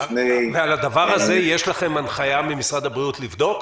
על הדבר הזה יש לכם הנחיה ממשרד הבריאות לבדוק?